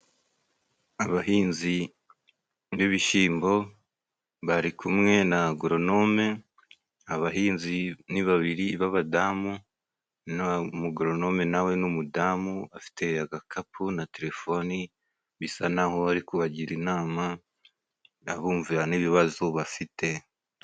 Abahinzi b'ibishyimbo bari kumwe na agoronome, abahinzi babiri b'abadamu na mugoronome nawe ni numudamu afite agakapu na telefoni, bisa naho bari kubagira inama anabumvira n'ibibazo bafite.